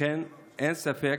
לכן אין ספק,